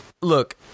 look